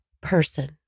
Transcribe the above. person